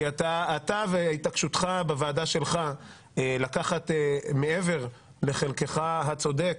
כי אתה והתעקשותך בוועדה שלך לקחת מעבר לחלקך הצודק,